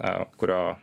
a kurio